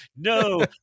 no